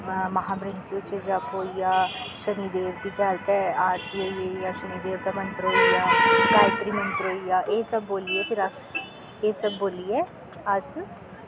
महाबृज जी जप होई गेआ शनिदेव दी केह् गल्ल ते आरती होई गेई जां शनिदेव दा मैन्त्तर होईया गायत्री मैन्त्तर होई गेआ एह् सब बोलियै फिर अस एह् सब बोल्लियै अस